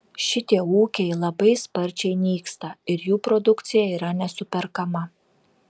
šitie ūkiai labai sparčiai nyksta ir jų produkcija yra nesuperkama